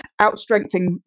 outstrengthening